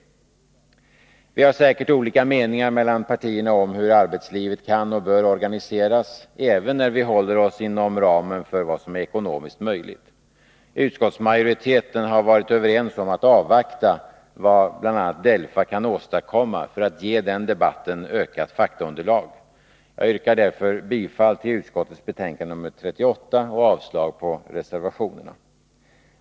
Partierna har säkert sinsemellan olika meningar om hur arbetslivet kan och bör organiseras även när vi håller oss inom ramen för vad som är ekonomiskt möjligt. Utskottsmajoriteten har varit överens om att avvakta vad bl.a. Delfa kan åstadkomma för att ge den debatten ökat faktaunderlag. Jag yrkar därför bifall till utskottets hemställan i betänkande 38 och avslag på reservationerna.